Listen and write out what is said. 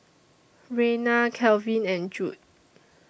Raina Calvin and Judd